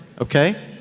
okay